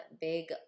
big